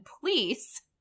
please